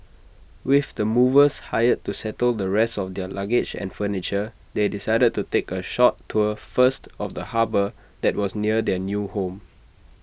with the movers hired to settle the rest of their luggage and furniture they decided to take A short tour first of the harbour that was near their new home